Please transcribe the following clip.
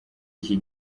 iki